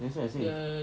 that's why I say